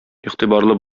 игътибарлы